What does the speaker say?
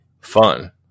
fun